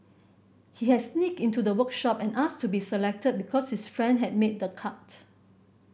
he had sneaked into the workshop and asked to be selected because his friend had made the cut